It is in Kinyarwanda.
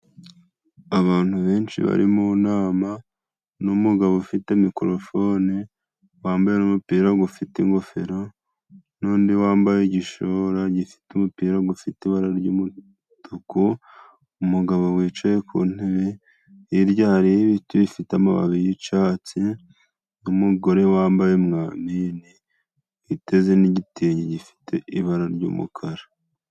Abantu benshi bari mu nama, n'umugabo ufite mikorofone, wambaye umupira ufite ingofero, n'undi wambaye igishura gifite umupira ufite ibara ry'umutuku, umugabo wicaye ku ntebe, hrya hariyo ibiti bifite amababi yicyatsi, n'umugore wambaye mwamine, witeze n'igitenge gifite ibara ry'umukara.